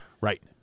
Right